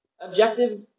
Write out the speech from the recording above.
Objective